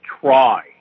try